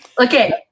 Okay